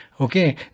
Okay